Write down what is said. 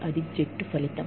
అది జట్టు ఫలితం